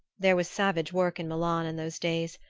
there was savage work in milan in those days,